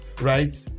right